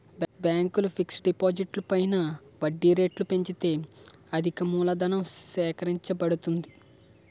బ్యాంకులు ఫిక్స్ డిపాజిట్లు పైన వడ్డీ రేట్లు పెంచితే అధికమూలధనం సేకరించబడుతుంది